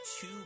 Two